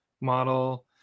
model